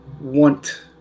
want